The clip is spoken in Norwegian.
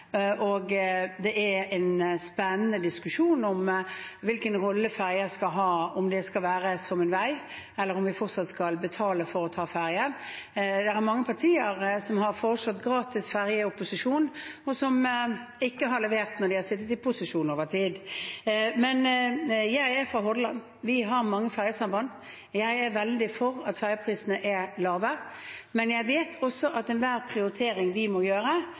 og det er en spennende diskusjon om hvilken rolle ferjene skal ha – om det skal være som en vei, eller om vi fortsatt skal betale for å ta ferjen. Det er mange partier som har foreslått gratis ferje i opposisjon, og som ikke har levert når de har sittet i posisjon over tid. Jeg er fra Hordaland, og vi har mange ferjesamband. Jeg er veldig for at ferjeprisene skal være lave, men jeg vet også at enhver prioritering vi må gjøre,